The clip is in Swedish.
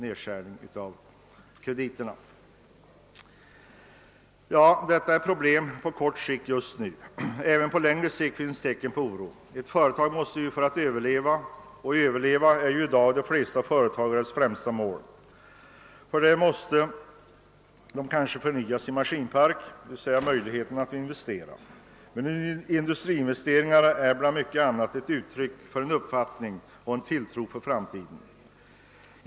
Detta är kanske främst problem på kort sikt, men även på längre sikt finns det tecken till oro. Ett företag måste för att överleva — och att överleva är i dag de flesta företagares främsta mål -— förnya sin maskinpark, och för detta behöver man ekonomiska resurser att investera. Men industriinvesteringar är bland mycket annat ett uttryck för en uppfattning om och en tilltro till framtiden.